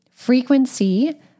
frequency